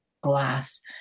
glass –